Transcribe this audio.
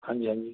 ਹਾਂਜੀ ਹਾਂਜੀ